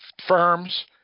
firms